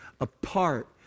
apart